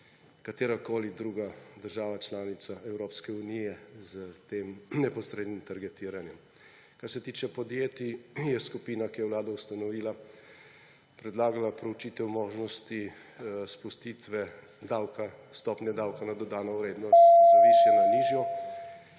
katerakoli druga država članica Evropske unije s tem neposrednim targetiranjem. Kar se tiče podjetij, je skupina, ki jo je Vlada ustanovila, predlagala preučitev možnosti spustitve stopnje davka na dodano vrednost z višje na nižjo.